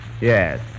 Yes